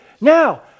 Now